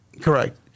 Correct